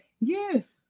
yes